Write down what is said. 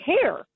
care